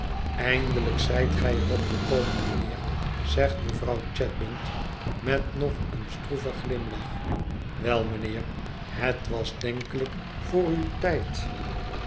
eindelijk zijt gij er op gekomen mijnheer zegt mevrouw chadband met nog een stroeven glimlach wel mijnheer het was denkelijk voor uw tijd